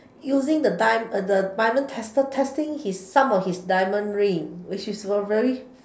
using the dia~ the the diamond tester testing his some of his diamond ring which is very